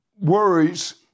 worries